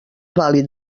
vàlid